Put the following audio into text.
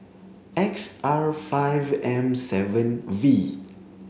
X R five M seven V